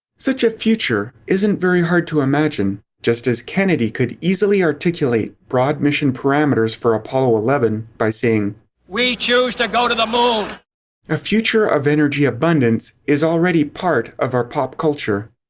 such a future isn't very hard to imagine. just as kennedy could easily articulate broad mission parameters for apollo eleven, by saying we choose to go to the moon a future of energy abundance is already part of our pop-culture.